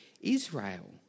Israel